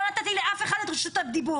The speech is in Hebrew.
לא נתתי לאף אחד את רשות הדיבור.